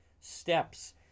steps